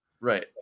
Right